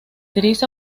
tres